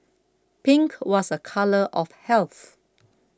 pink was a colour of health